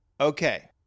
Okay